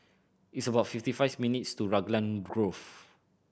it's about fifty fives minutes to Raglan Grove